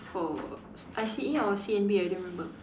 for I_C_A or C_N_B I don't remember